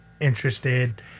interested